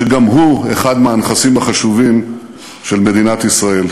שגם הוא אחד מהנכסים החשובים של מדינת ישראל.